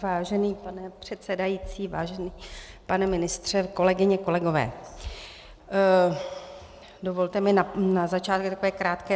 Vážený pane předsedající, vážený pane ministře, kolegyně, kolegové, dovolte mi na začátek takové krátké shrnutí.